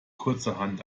kurzerhand